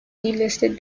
delisted